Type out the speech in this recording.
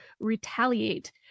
retaliate